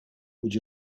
would